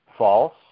False